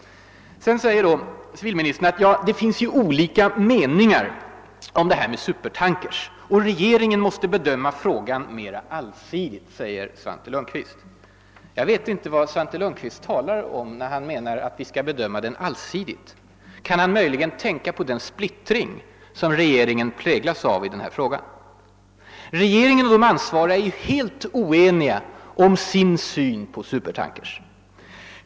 Civilministern framhåller att det finns olika meningar om användningen av supertankers och att regeringen måste bedöma frågan mera allsidigt. Jag vet inte vad Svante Lundkvist menar med ordet »allsidigt». Kan han möjligen tänka på den splittring som regeringen präglas av i denna fråga? Regeringen och de ansvariga är helt oeniga om sin syn på supertankers.